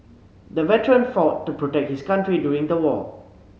the veteran fought to protect his country during the war